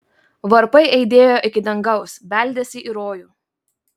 varpai aidėjo iki dangaus beldėsi į rojų